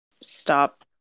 stop